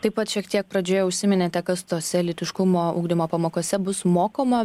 taip pat šiek tiek pradžioje užsiminėte kad tose lytiškumo ugdymo pamokose bus mokoma